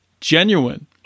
genuine